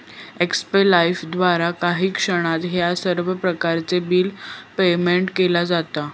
एक्स्पे लाइफद्वारा काही क्षणात ह्या सर्व प्रकारचो बिल पेयमेन्ट केला जाता